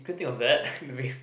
couldn't think of that I mean